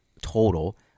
total